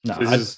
no